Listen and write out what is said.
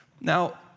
Now